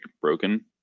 broken